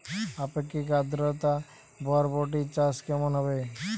আপেক্ষিক আদ্রতা বরবটি চাষ কেমন হবে?